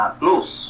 close